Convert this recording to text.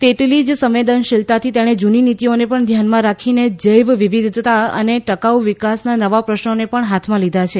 તેટલી જ સંવેદનશીલતાથી તેણે જૂની નીતિઓને પણ ધ્યાનમાં રાખીને જૈવ વિવિધતા અને ટકાઉ વિકાસના નવા પ્રશ્નોને પણ હાથમાં લીધા છે